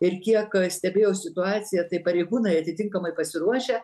ir kiek stebėjo situaciją tai pareigūnai atitinkamai pasiruošę